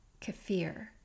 kefir